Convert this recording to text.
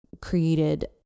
created